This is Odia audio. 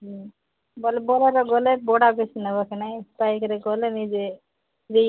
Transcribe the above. ହୁଁ ବୋଲେ ଭଡ଼ାରେ ଗଲେ ଭଡ଼ା ବେଶୀ ନେବ କି ନାହିଁ ବାଇକ୍ରେ ଗଲେ ନିଜେ ବି